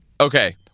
Okay